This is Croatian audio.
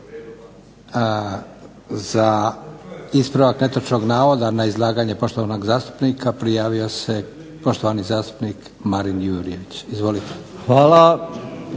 Za ispravak netočnog navoda na izlaganje poštovanog zastupnika prijavio se poštovani zastupnik Marin Jurjević. Izvolite.